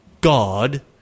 God